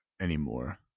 anymore